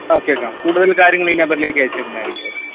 ആ കേൾക്കാം കൂടുതൽ കാര്യങ്ങൾ ഈ നമ്പറിലേയ്ക്ക് അയച്ചുതരുന്നതായിരിക്കും ഓക്കേ